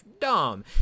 dumb